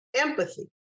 empathy